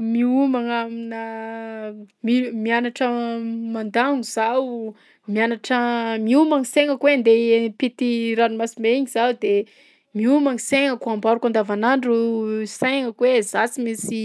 Miomagna aminà mi- mianatra mandagno zaho, mianatra miomagna saignako hoe andeha hiampita i ranomasimbe igny zaho de miomagna saignako, amboariko andavanandro saignako hoe zaho sy mainsy